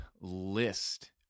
list